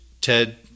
Ted